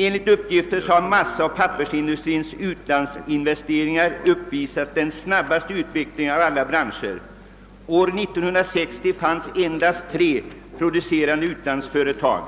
Enligt uppgifter har massaoch pappersindustrins utlandsinvesteringar uppvisat den snabbaste utvecklingen av alla branscher. År 1960 fanns endast tre producerande utlandsföretag.